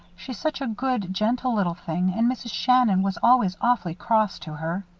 she's such a good, gentle little thing and mrs. shannon was always awfully cross to her.